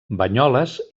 banyoles